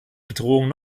bedrohung